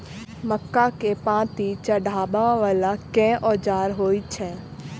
मक्का केँ पांति चढ़ाबा वला केँ औजार होइ छैय?